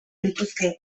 lituzke